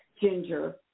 ginger